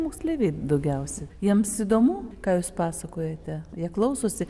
moksleiviai daugiausiai jiems įdomu ką jūs pasakojate jie klausosi